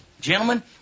gentlemen